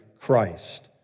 Christ